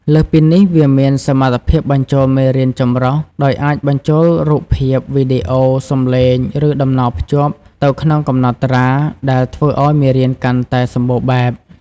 លើសពីនេះ វាមាន សមត្ថភាពបញ្ចូលមេរៀនចម្រុះ ដោយអាចបញ្ចូលរូបភាព វីដេអូ សំឡេង ឬតំណភ្ជាប់ ទៅក្នុងកំណត់ត្រា ដែលធ្វើឱ្យមេរៀនកាន់តែសម្បូរបែប។